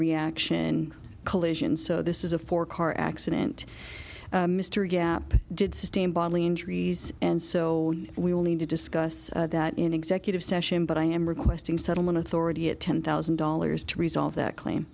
reaction collision so this is a four car accident mr gap did sustain bodily injuries and so we will need to discuss that in executive session but i am requesting settlement authority at ten thousand dollars to resolve that claim